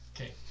Okay